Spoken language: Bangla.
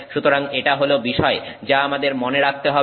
সুতরাং এটা হল বিষয় যা আমাদের মনে রাখতে হবে